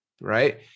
right